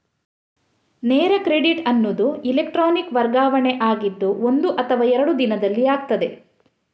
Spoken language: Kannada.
ನೇರ ಕ್ರೆಡಿಟ್ ಅನ್ನುದು ಎಲೆಕ್ಟ್ರಾನಿಕ್ ವರ್ಗಾವಣೆ ಆಗಿದ್ದು ಒಂದು ಅಥವಾ ಎರಡು ದಿನದಲ್ಲಿ ಆಗ್ತದೆ